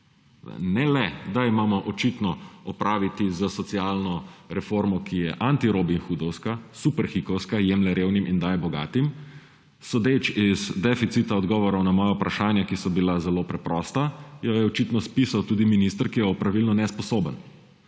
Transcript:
Ne le, da imamo očitno opraviti s socialno reformo, ki je antirobinhoodovska, superhikovska − jemlje revnim in daje bogatim. Sodeč iz deficita odgovorov na moja vprašanja, ki so bila zelo preprosta, jo je očitno spisal tudi minister, ki je opravilno nesposoben.